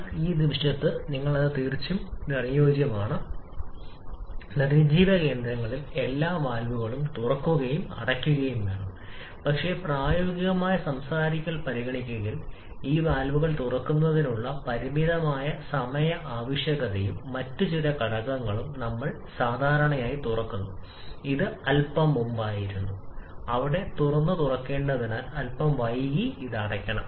എന്നാൽ ഈ നിമിഷത്തേക്ക് നിങ്ങൾക്ക് അത് തികച്ചും അനുയോജ്യമാണ് നിർജ്ജീവ കേന്ദ്രങ്ങളിൽ എല്ലാ വാൽവുകളും തുറക്കുകയും അടയ്ക്കുകയും വേണം പക്ഷേ പ്രായോഗിക സംസാരിക്കൽ പരിഗണിക്കുക ഈ വാൽവുകൾ തുറക്കുന്നതിനുള്ള പരിമിതമായ സമയ ആവശ്യകതയും മറ്റ് ചില ഘടകങ്ങളും നമ്മൾ സാധാരണയായി തുറക്കുന്നു ഇത് അൽപ്പം മുമ്പായിരുന്നു അവിടെ തുറന്ന് തുറക്കേണ്ടതിനേക്കാൾ അല്പം വൈകി അത് അടയ്ക്കണം